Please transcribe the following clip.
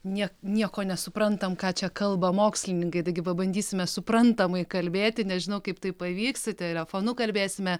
nie nieko nesuprantam ką čia kalba mokslininkai taigi pabandysime suprantamai kalbėti nežinau kaip tai pavyks telefonu kalbėsime